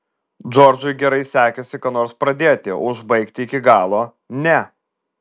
džordžui gerai sekėsi ką nors pradėti o užbaigti iki galo ne